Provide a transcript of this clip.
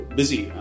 busy